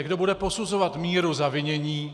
Kdo bude posuzovat míru zavinění?